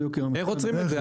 איך עוצרים את זה?